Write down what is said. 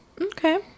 Okay